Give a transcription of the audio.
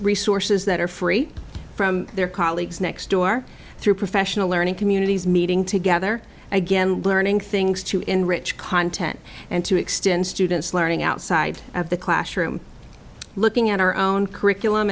resources that are free from their colleagues next door through professional learning communities meeting together again learning things to enrich content and to extend students learning outside of the classroom looking at our own curriculum